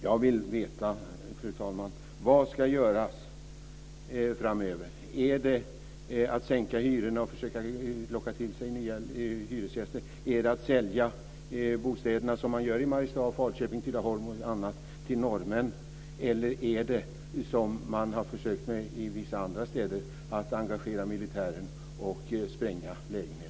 Jag vill veta: Vad ska göras framöver? Ska man sänka hyrorna för att locka till sig nya hyresgäster? Ska man sälja bostäderna som man gör i Mariestad, Falköping, Tidaholm och på andra orter till norrmän? Eller ska man, som har gjorts i vissa städer, engagera militär för att spränga hyreshusen?